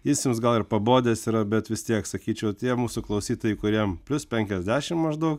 jis jums gal ir pabodęs yra bet vis tiek sakyčiau tie mūsų klausytojai kuriem plius penkiasdešim maždaug